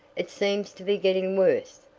it seems to be getting worse,